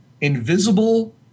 invisible